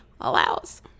allows